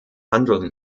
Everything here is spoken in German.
handeln